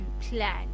plan